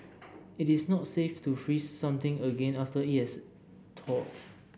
it is not safe to freeze something again after it has thawed